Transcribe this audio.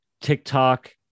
TikTok